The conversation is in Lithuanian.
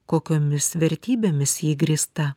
kokiomis vertybėmis ji grįsta